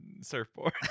surfboard